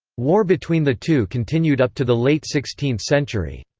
war between the two continued up to the late sixteenth century.